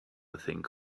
think